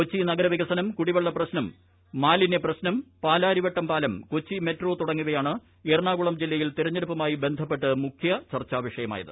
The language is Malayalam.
കൊച്ചി നഗരവികസനം കുടിപ്പെള്ള പ്രശ്നം മാലിന്യപ്രശ്നം പാലാരിവട്ടം പാലം കൊച്ചി ്രമെട്രോ തുടങ്ങിയവയാണ് എറണാകുളം ജില്ലയിൽ തിർക്ക്ത്തുപ്പുമായി ബന്ധപ്പെട്ട് മുഖ്യ ചർച്ചാ വിഷയമായ്ത്